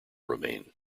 remain